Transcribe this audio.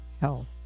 health